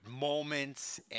moments